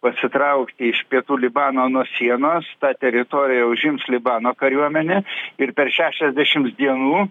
pasitraukti iš pietų libano nuo sienos tą teritoriją užims libano kariuomenė ir per šešiasdešims dienų